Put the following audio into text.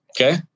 Okay